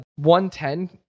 110